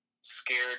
scared